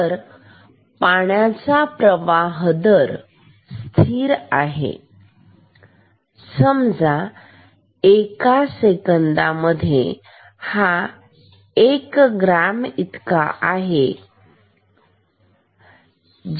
तर पाण्याचा प्रवाह दर स्थिर आहे समजा हा एका सेकंदामध्ये एम ग्राम इतका आहे